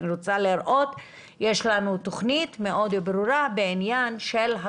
אני רוצה לראות שאומרים לי שיש תוכנית מאוד ברורה להכשרת